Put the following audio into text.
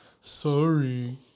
Sorry